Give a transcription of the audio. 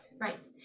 Right